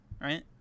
right